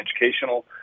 educational